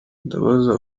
ndabaza